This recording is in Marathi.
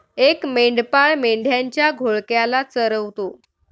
एक मेंढपाळ मेंढ्यांच्या घोळक्याला चरवतो